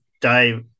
Dave